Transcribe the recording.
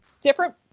Different